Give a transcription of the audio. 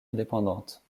indépendante